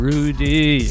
Rudy